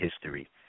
history